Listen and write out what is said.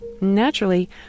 Naturally